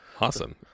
awesome